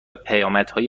پیامدهای